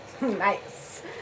nice